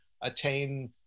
attain